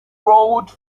rode